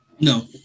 No